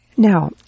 Now